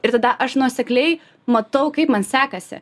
ir tada aš nuosekliai matau kaip man sekasi